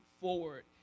forward